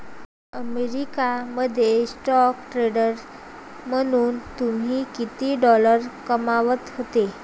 America मध्ये stock trader म्हणून तुम्ही किती डॉलर्स कमावत होते